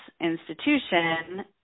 institution